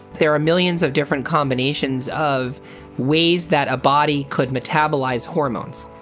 there are millions of different combinations of ways that a body could metabolize hormones,